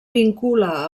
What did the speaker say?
vincula